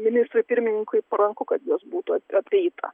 ministrui pirmininkui paranku kad juos būtų apeita